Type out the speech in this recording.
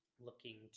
looking